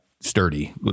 sturdy